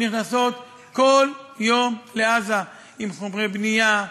נכנסות כל יום לעזה עם חומרי בנייה,